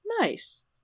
Nice